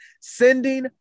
Sending